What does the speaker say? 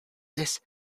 this